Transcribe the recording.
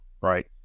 right